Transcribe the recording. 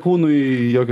kūnui jokio